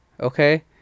Okay